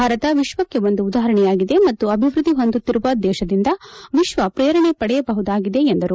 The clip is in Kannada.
ಭಾರತ ವಿಶ್ವಕ್ಕೆ ಒಂದು ಉದಾಪರಣೆಯಾಗಿದೆ ಮತ್ತು ಅಭಿವೃದ್ಧಿ ಹೊಂದುತ್ತಿರುವ ದೇಶದಿಂದ ವಿಶ್ವ ಪ್ರೇರಣೆ ಪಡೆಯಬಹುದಾಗಿದೆ ಎಂದರು